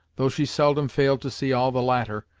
though she seldom failed to see all the latter,